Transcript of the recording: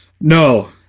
No